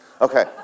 Okay